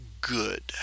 good